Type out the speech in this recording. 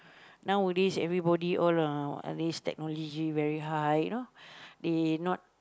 nowadays everybody all uh what uh this technology very high you know they not